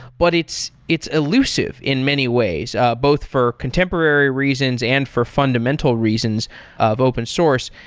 but it's it's elusive in many ways both for contemporary reasons and for fundamental reasons of open source.